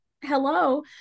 hello